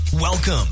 Welcome